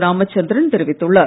ராமசந்திரன் தெரிவித்துள்ளார்